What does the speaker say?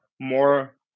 more